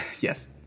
Yes